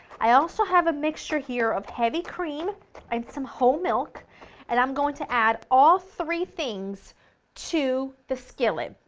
i also have a mixture here of heavy cream and some whole milk and i'm going to add all three things to the skillet.